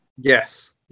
Yes